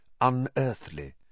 unearthly